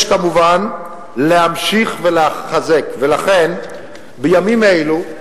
יש כמובן להמשיך ולחזק, ולכן בימים אלו,